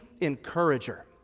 encourager